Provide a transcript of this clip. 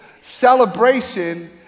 celebration